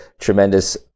tremendous